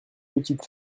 petite